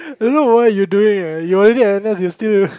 don't know why you do it eh you already at N_S you still